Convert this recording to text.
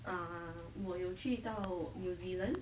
err 我我去到 new zealand